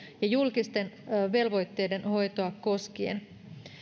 ja julkisten velvoitteiden hoitoa koskien